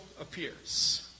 appears